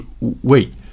wait